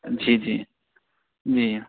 जी जी जी